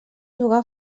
jugar